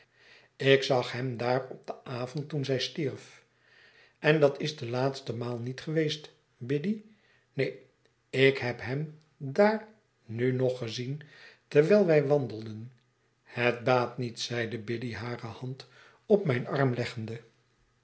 ik zag hem daar op den avond toen zij stierf en dat is de laatste maal niet geweest biddy neen ik heb hem daar nu nog gezien terwijl wij wandelen het baat niet zeide biddy hare hand op mijn arm leggende